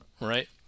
right